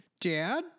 Dad